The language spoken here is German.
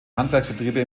handwerksbetriebe